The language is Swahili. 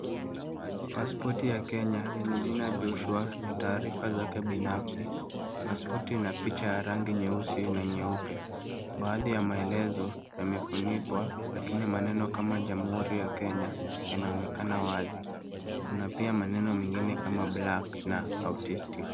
Pasipoti ya Kenya yenye jina Joshua na taarifa zake binafsi. Pasipoti ina picha ya rangi nyeusi na nyeupe. Baadhi ya maelezo yamefunikwa lakini maneno kama Jamhuri ya Kenya yanaonekana wazi. Kuna pia maneno mengine kama black na autistic .